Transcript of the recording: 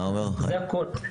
זה הכול.